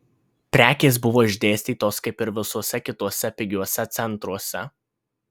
prekės buvo išdėstytos kaip ir visuose kituose pigiuose centruose